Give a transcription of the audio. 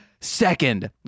Second